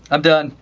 i'm done.